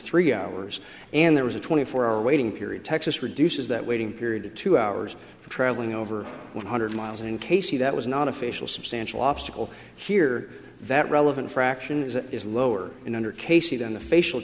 three hours and there was a twenty four hour waiting period texas reduces that waiting period to two hours travelling over one hundred miles in k c that was not official substantial obstacle here that relevant fraction is is lower in under casey than the facial